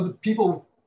people